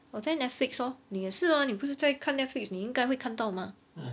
我在 Netflix lor 你也是 mah 你不看 Netflix 你应该会看到 mah